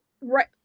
right